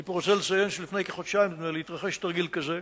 אני רוצה לציין שלפני כחודשיים התרחש תרגיל כזה.